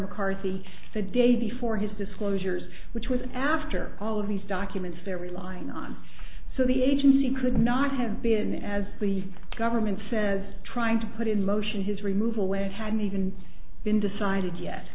mccarthy the day before his disclosures which was after all of these documents they're relying on so the agency could not have been as the government says trying to put in motion his removal weight hadn't even been decided yet